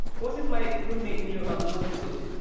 what if my roommate knew about nollywood,